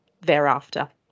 thereafter